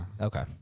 Okay